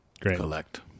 collect